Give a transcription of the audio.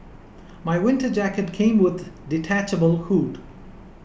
my winter jacket came with detachable hood